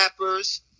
rappers